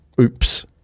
oops